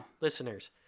listeners